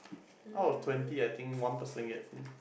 out of twenty I think one person gets in